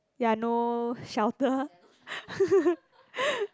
ya no shelter